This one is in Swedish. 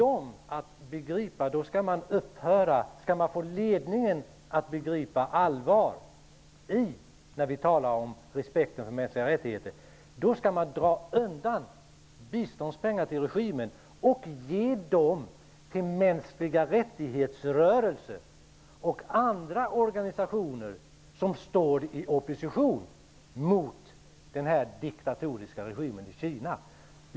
Om man skall få ledningen att begripa allvaret i i vårt tal om respekt för de mänskliga rättigheterna, skall man dra in biståndspengar till regimen och ge dem till rörelser för mänskliga rättigheter och andra organisationer som står i opposition mot den diktatoriska regimen i Kina.